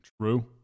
True